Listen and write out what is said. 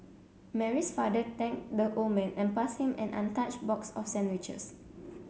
Mary's father thanked the old man and passed him an untouched box of sandwiches